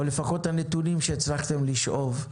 או לפחות הנתונים שהצלחתם לשאוב.